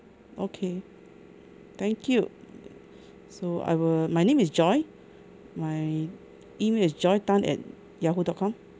okay thank you so I will my name is joy my email is joy tan at yahoo dot com